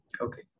Okay